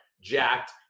jacked